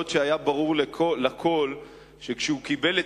שאף שהיה ברור לכול כשהוא קיבל את